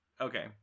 Okay